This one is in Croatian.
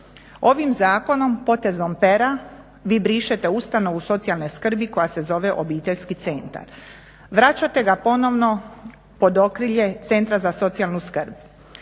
Ovim zakonom, potezom pera vi brišete ustanovu socijalne skrbi koja se zove obiteljski centar, vraćate ga ponovno pod okrilje centra za socijalnu skrb.